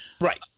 Right